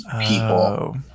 people